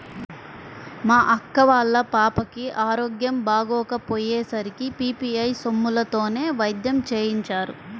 మా అక్క వాళ్ళ పాపకి ఆరోగ్యం బాగోకపొయ్యే సరికి పీ.పీ.ఐ సొమ్ములతోనే వైద్యం చేయించారు